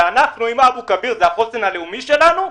אם אבו כביר זה החוסן הלאומי שלנו,